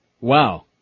Wow